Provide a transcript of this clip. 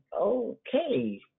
okay